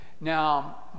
Now